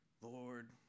Lord